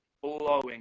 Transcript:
Blowing